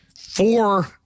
four